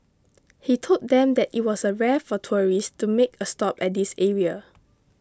he told them that it was rare for tourists to make a stop at this area